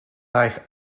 hij